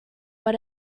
but